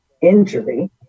injury